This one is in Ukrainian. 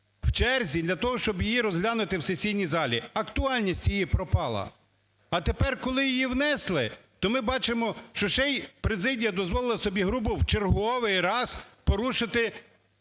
в черзі для того, щоб її розглянути в сесійній залі, актуальність її пропала. А тепер, коли її внесли, то ми бачимо, що ще й президія дозволила собі грубо в черговий раз порушити